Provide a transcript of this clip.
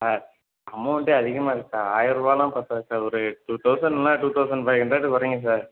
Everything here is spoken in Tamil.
சார் அமௌண்டே அதிகமாக இருக்குது சார் ஆயிரூபாலாம் பத்தாது சார் ஒரு டூ தௌசண்ட் இல்லைனா டூ தெளசண்ட் ஃபைவ் ஹண்ட்ரட் குறைங்க சார்